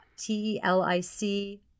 T-E-L-I-C